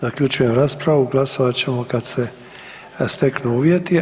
Zaključujem raspravu, glasovat ćemo kad se steknu uvjeti.